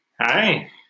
Hi